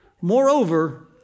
Moreover